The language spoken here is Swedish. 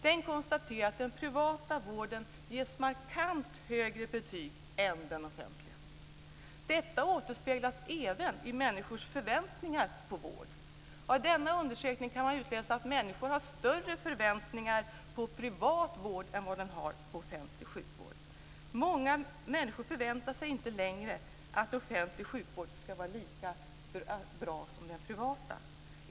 Där konstateras att den privata vården ges markant högre betyg än den offentliga. Detta återspeglas även i människors förväntningar på vård. Av denna undersökning kan utläsas att människor har större förväntningar på privat vård än de har på offentlig sjukvård. Många människor förväntar sig inte längre att offentlig sjukvård ska vara lika bra som den privata.